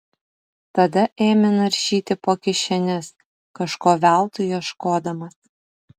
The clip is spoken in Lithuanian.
tada ėmė naršyti po kišenes kažko veltui ieškodamas